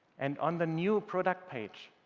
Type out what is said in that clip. and on the new product page,